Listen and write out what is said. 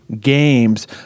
games